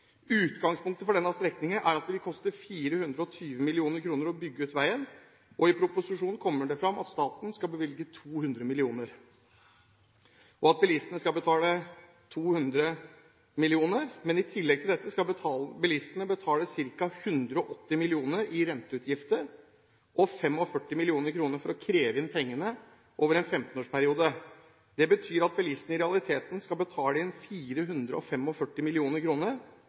Utgangspunktet for denne strekningen er at det vil koste 420 mill. kr å bygge ut veien, og i proposisjonen kommer det fram at staten skal bevilge 200 mill. kr, og at bilistene skal betale 200 mill. kr. Men i tillegg til dette skal bilistene betale ca. 180 mill. kr i renteutgifter og 45 mill. kr for å kreve inn pengene over en 15-årsperiode. Det betyr at bilistene i realiteten skal betale inn